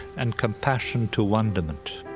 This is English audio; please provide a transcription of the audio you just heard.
and compassion to wonderment.